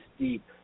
deep